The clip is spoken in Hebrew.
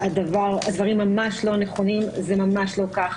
הדברים ממש לא נכונים, זה ממש לא כך.